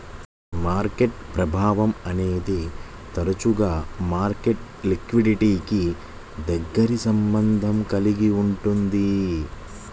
market ప్రభావం అనేది తరచుగా మార్కెట్ లిక్విడిటీకి దగ్గరి సంబంధం కలిగి ఉంటుంది